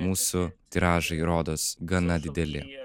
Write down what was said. mūsų tiražai rodos gana dideli